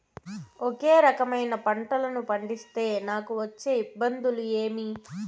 ఒకే రకమైన పంటలని పండిస్తే నాకు వచ్చే ఇబ్బందులు ఏమి?